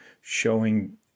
showing